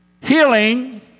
Healing